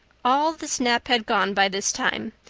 all the snap had gone by this time.